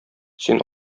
син